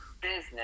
business